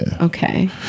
Okay